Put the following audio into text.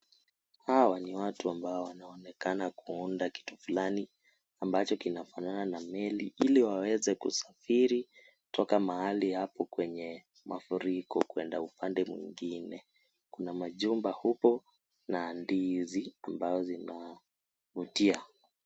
Hawa ni watu ambao wanaonekana kuunda kitu fulani ambacho kinafanana na meli ili waweze kusafiri toka mahali hapo kwenye mafuriko kwenda upande mwingine. Kuna majumba huko na ndizi ambazo zinavutia.